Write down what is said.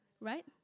right